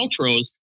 outros